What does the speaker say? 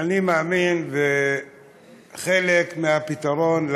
אני מאמין שחלק מהפתרון,